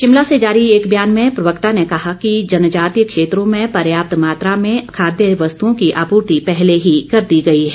शिमला से जारी एक बयान में प्रवक्ता ने कहा है कि जनजातीय क्षेत्रों में पर्याप्त मात्रा में खाद्य वस्तुओं की आपूर्ति पहले की कर दी गई है